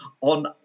on